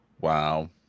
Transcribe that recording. Wow